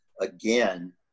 again